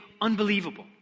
unbelievable